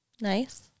Nice